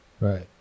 Right